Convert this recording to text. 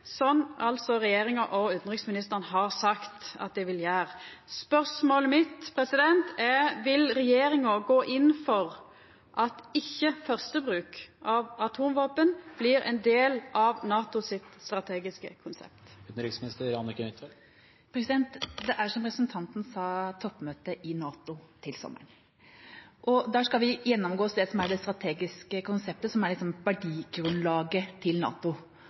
regjeringa og utanriksministeren har sagt at dei vil gjera. Spørsmålet mitt er: Vil regjeringa gå inn for at ikkje-fyrstebruk av atomvåpen blir ein del av NATOs strategiske konsept? Som representanten sa, er det toppmøte i NATO til sommeren. Der skal vi gjennomgå det som er det strategiske konseptet, som er liksom verdigrunnlaget til NATO.